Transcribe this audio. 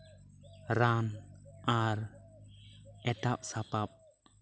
ᱨᱟᱱ ᱟᱨ ᱮᱴᱟᱜ ᱥᱟᱯᱟᱯ